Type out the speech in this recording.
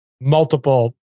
multiple